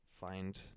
find